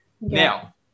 Now